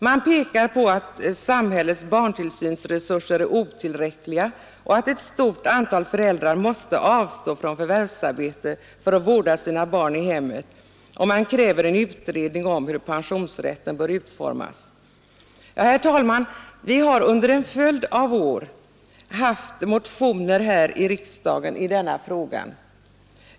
Man pekar på att samhällets barntillsynsresurser är otillräckliga och att ett stort antal föräldrar måste avstå från förvärvsarbete för att vårda sina barn i hemmet, och man kräver en utredning om hur pensionsrätten bör utformas. Herr talman! Vi har under en följd av år haft motioner här i riksdagen i denna fråga.